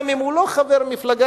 גם אם הוא לא חבר מפלגה,